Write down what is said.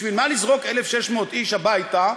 בשביל מה לזרוק 1,600 איש הביתה,